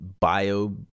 bio